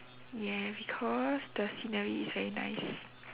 yeah because the scenery is very nice